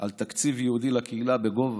על תקציב ייעודי לקהילה בסכום